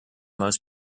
most